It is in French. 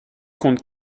compte